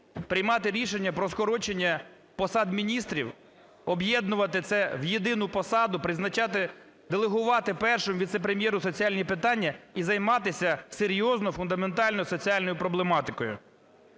приймати рішення про скорочення посад міністрів, об'єднувати це в єдину посаду, призначати, делегувати першому віце-прем'єру соціальні питання і займатися серйозно, фундаментально соціальною проблематикою.